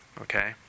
Okay